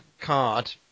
card